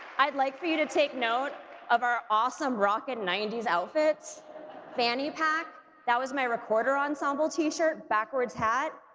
i'd like for you to take note of our awesome, rockin' ninety s outfits fanny pack that was my reporter ensemble, t-shirt, backwards hat,